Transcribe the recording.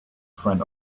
friend